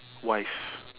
wife